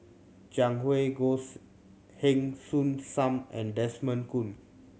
Jiang Hu Goh's Heng Soon Sam and Desmond Kon